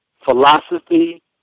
philosophy